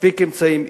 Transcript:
מספיק אמצעים.